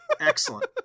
Excellent